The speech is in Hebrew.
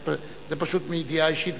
זה פשוט מידיעה אישית,